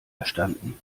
erstanden